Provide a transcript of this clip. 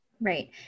Right